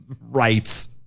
rights